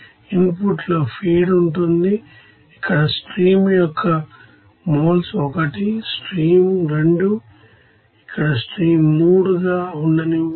ఇన్పుట్లో ఫీడ్ ఉంటుంది ఇక్కడ స్ట్రీమ్ యొక్క మోల్స్ 1 స్ట్రీమ్ 2 ఇక్కడ స్ట్రీమ్ 3 గా ఉండనివ్వండి